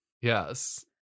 Yes